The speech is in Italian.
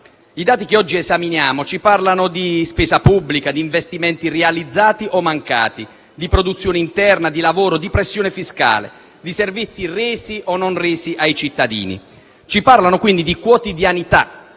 I dati che oggi esaminiamo ci parlano di spesa pubblica, di investimenti realizzati o mancati, di produzione interna, di lavoro, di pressione fiscale, di servizi resi o non resi ai cittadini. Ci parlano, quindi, di quotidianità,